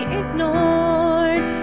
ignored